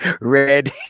red